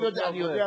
אני יודע.